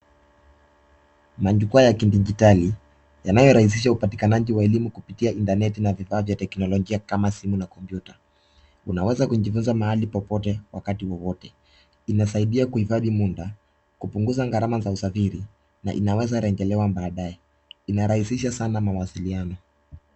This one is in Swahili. Majukwaa ya kidijitali yanayo rahisisha upatikanaji wa elimu kupitia intaneti na vifaa vya teknolojia kama simu na kompyuta. Unaweza kujifunza mahali popote wakati wowote. Inasaidia kuhifadhi muda, kupunguza usalama wa usafiri na inaweza rejelewa baadaye, inarahisisha sana mawasiliano.